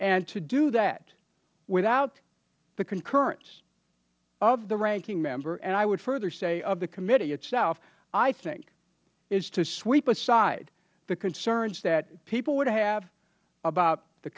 and to do that without the concurrence of the ranking member and i would further say of the committee itself i think is to sweep aside the concerns that people would have about the